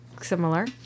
similar